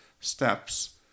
steps